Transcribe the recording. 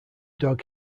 dog